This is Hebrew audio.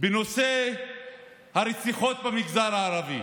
בנושא הרציחות במגזר הערבי